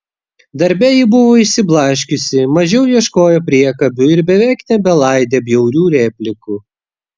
darbe ji buvo išsiblaškiusi mažiau ieškojo priekabių ir beveik nebelaidė bjaurių replikų